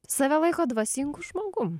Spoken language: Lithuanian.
save laiko dvasingu žmogum